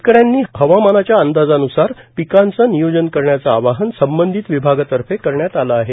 शेतकऱ्यांनी हवामानाच्या अंदाजान्सार पिकांचं नियोजन करण्याचं आवाहन संबंधित विभागातर्फे करण्यात आलं आहे